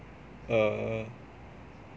uh